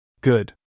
Good